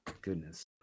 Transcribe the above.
Goodness